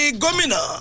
gomina